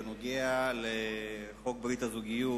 בנושא חוק ברית הזוגיות,